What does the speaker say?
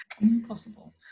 Impossible